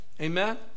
Amen